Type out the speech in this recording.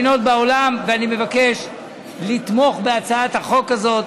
ואני מבקש לתמוך בהצעת החוק הזאת.